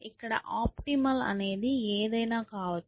ఇక్కడ ఆప్టిమల్ అనేది ఏదైనా కావచ్చు